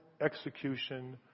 execution